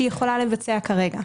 שהיא יכולה לבצע כרגע.